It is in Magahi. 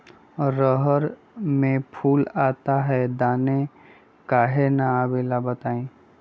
रहर मे फूल आता हैं दने काहे न आबेले बताई?